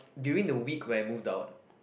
during the week where I moved out